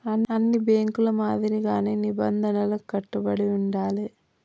అన్ని బ్యేంకుల మాదిరిగానే నిబంధనలకు కట్టుబడి ఉండాలే